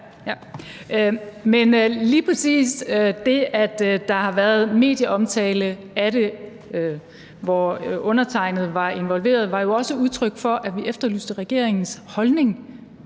(V): Lige præcis det, at der har været medieomtale af det, hvor undertegnede var involveret, var jo også udtryk for, at vi efterlyste regeringens holdning.